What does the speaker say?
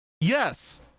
yes